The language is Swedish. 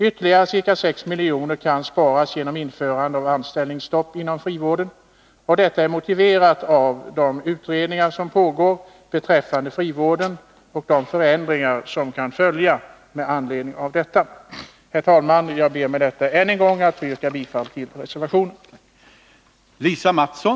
Ytterligare ca 6 miljoner kan sparas genom införande av anställningsstopp inom frivården. Detta är motiverat av de utredningar som pågår beträffande frivården och av de förändringar som kan följa med anledning därav. Herr talman! Jag ber med detta att än en gång få yrka bifall till reservationen.